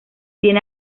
tiene